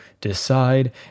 decide